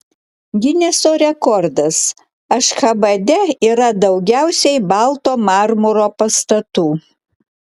gineso rekordas ašchabade yra daugiausiai balto marmuro pastatų